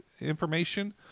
information